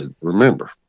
remember